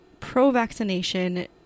pro-vaccination